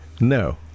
No